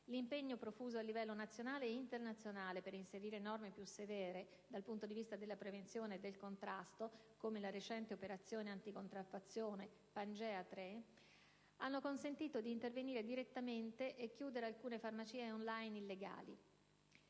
l'impegno profuso a livello nazionale e internazionale per inserire norme più severe dal punto di vista della prevenzione e del contrasto (come la recente operazione anticontraffazione «Pangea III») hanno consentito di intervenire direttamente e chiudere alcune farmacie *on line* illegali.